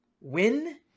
win